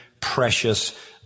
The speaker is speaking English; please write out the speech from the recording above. precious